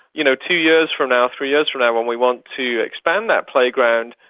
you know two years from now, three years from now when we want to expand that playground,